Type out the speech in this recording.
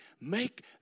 make